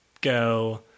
go